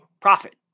profit